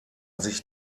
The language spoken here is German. sich